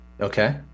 Okay